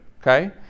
okay